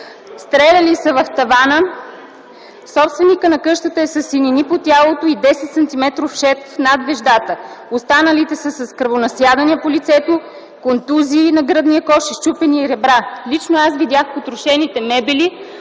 стреляли са в тавана. Собственикът на къщата е със синини по тялото и 10-сантиметров шев над веждата. Останалите са с кръвонасядания по лицето, контузии на гръдния кош и счупени ребра. Лично аз видях потрошените мебели,